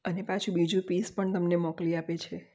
અને પાછું બીજું પીસ પણ તમને મોકલી આપે છે